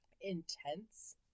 intense